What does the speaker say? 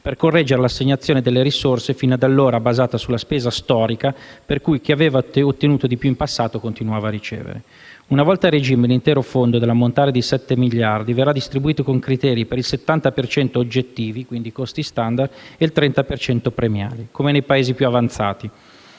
per correggere l'assegnazione delle risorse, fino ad allora basata sulla spesa storica per cui chi più aveva ottenuto in passato più continuava a ricevere. Una volta a regime, l'intero fondo, dell'ammontare di circa 7 miliardi, verrà distribuito con criteri per il 70 per cento oggettivi (costi *standard*) e per il 30 per cento premiali, come nei Paesi più avanzati.